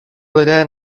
lidé